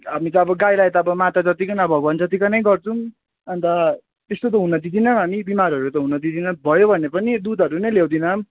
हामी त अब गाईलाई त माताजतिकै नभए भगवान् जतिकै नै गर्छौँ अन्त त्यस्तो हुन दिदैनौँ हामी बिमारहरू त हुनु दिदैनौँ भयो भने पनि दुधहरू नै ल्याउँदैनौँ